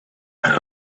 and